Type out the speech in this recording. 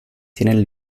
tienen